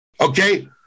Okay